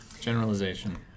generalization